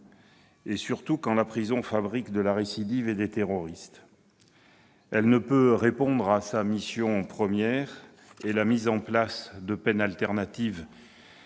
surtout quand la prison fabrique de la récidive et des terroristes. Elle ne peut répondre à sa mission première, et la mise en place de peines alternatives